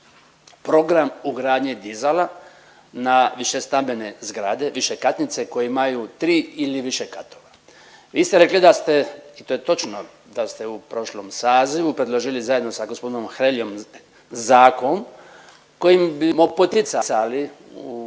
program ugradnje dizala na višestambene zgrade višekatnice koje imaju tri ili više katova. Vi ste rekli da ste i to je točno da ste u prošlom sazivu predložili zajedno s g. Hreljom zakon kojim bimo poticali